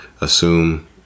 assume